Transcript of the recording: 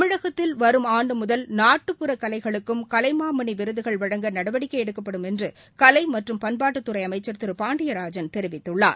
தமிழகத்தில் வரும் ஆண்டுமுதல் நாட்டுப்புற கலைகளுக்கும் கலைமாமணிவிருதுகள் வழங்க நடவடிக்கைஎடுக்கப்படும் என்றுகலைபண்பாட்டுத் துறைஅமைச்சர் திருபாண்டியராஜன் தெரிவித்துள்ளார்